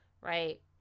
right